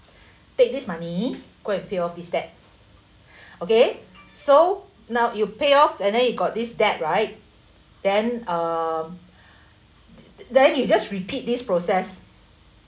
take this money go and pay off this debt okay so now you pay off and then you got this debt right then um then you just repeat this process